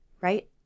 right